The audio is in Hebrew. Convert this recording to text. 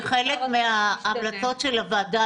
צריך שחלק מההחלטות של הוועדה,